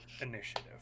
initiative